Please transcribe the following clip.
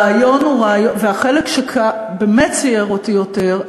והחלק שבאמת ציער אותי יותר,